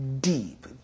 deep